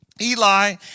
Eli